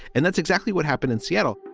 and that's exactly what happened in seattle.